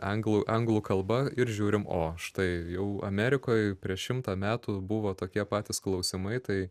anglų anglų kalba ir žiūrim o štai jau amerikoj prieš šimtą metų buvo tokie patys klausimai tai